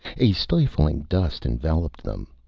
a stifling dust enveloped them.